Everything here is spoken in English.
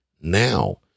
now